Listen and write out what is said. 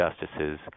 justices